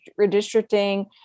redistricting